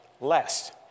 less